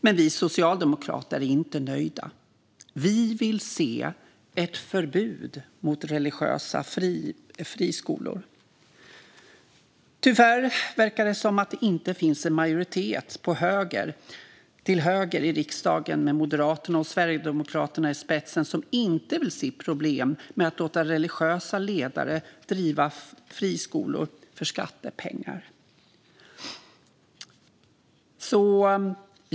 Men vi socialdemokrater är inte nöjda. Vi vill se ett förbud mot religiösa friskolor, men tyvärr verkar det inte finnas en majoritet för detta till höger i riksdagen, med Moderaterna och Sverigedemokraterna i spetsen. De vill inte se problemen med att låta religiösa ledare driva friskolor för skattepengar.